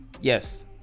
Yes